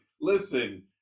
listen